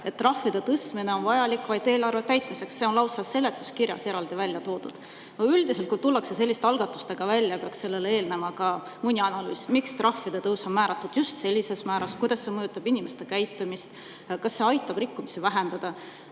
et trahvide tõstmine on vajalik vaid eelarve täitmiseks – see on lausa seletuskirjas eraldi välja toodud. Üldiselt, kui tullakse selliste algatustega välja, peaks sellele eelnema mõni analüüs, miks on määratud trahvide tõus just sellisel määral, kuidas see mõjutab inimeste käitumist, kas see aitab rikkumisi vähendada.